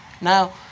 Now